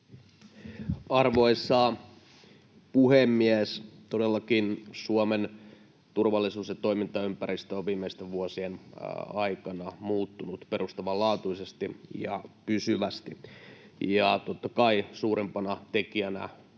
Arvoisa puhemies! Todellakin Suomen turvallisuus- ja toimintaympäristö on viimeisten vuosien aikana muuttunut perustavanlaatuisesti ja pysyvästi, ja totta kai suurimpana tekijänä siellä